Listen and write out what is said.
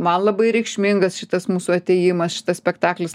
man labai reikšmingas šitas mūsų atėjimas šitas spektaklis